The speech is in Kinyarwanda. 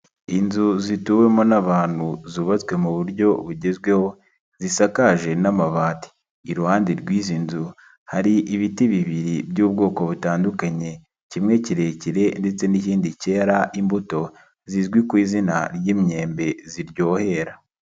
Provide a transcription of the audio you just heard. Inzu zituwemo n'abantu zubatswe mu buryo bugezweho zisakaje n'amabati, iruhande rw'izi nzu hari ibiti bibiri by'ubwoko butandukanye, kimwe kirekire ndetse n'ikindi cyera imbuto zizwi ku izina ry'imyembe ziryohera.